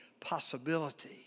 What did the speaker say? possibility